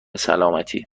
سلامتی